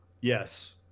Yes